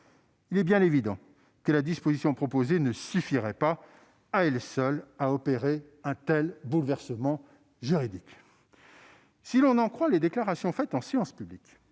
Il est bien évident que la disposition proposée ne suffirait pas, à elle seule, à opérer un tel bouleversement juridique. Si l'on en croit les déclarations faites en séance publique